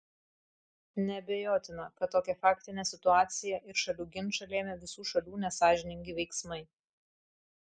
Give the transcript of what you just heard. neabejotina kad tokią faktinę situaciją ir šalių ginčą lėmė visų šalių nesąžiningi veiksmai